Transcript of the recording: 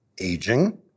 aging